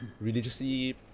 Religiously